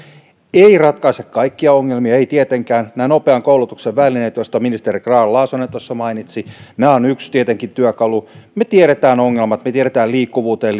eivät ratkaise kaikkia ongelmia eivät tietenkään nämä nopean koulutuksen välineet joista ministeri grahn laasonen tuossa mainitsi nämä ovat tietenkin yksi työkalu me tiedämme ongelmat me tiedämme liikkuvuuteen